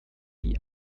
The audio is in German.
die